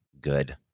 Good